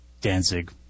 Danzig